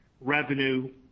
revenue